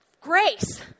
grace